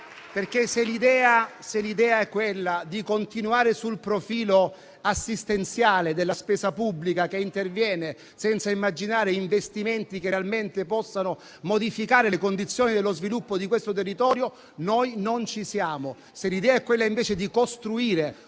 Se l'idea è quella di continuare sul profilo assistenziale della spesa pubblica che interviene senza immaginare investimenti che realmente possano modificare le condizioni dello sviluppo di quel territorio, noi non ci siamo.